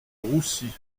roussi